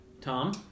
Tom